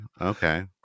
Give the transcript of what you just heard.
okay